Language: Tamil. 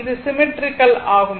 இது சிம்மெட்ரிக்கல் ஆகும்